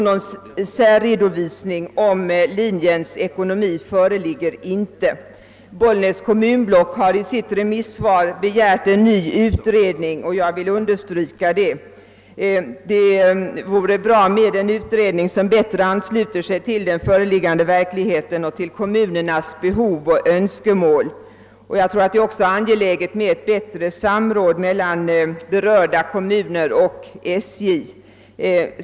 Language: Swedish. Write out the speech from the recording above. Någon särredovisning rörande linjens ekonomi föreligger inte. Bollnäs kommunblock begär i sitt remissvar en ny utredning, och jag vill understryka att det behövs en utredning som bättre ansluter sig till verkligheten och till kommunernas behov och önskemål. Jag tror också det är angeläget att få till stånd ett bättre samråd mellan berörda kommuner och SJ.